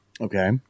Okay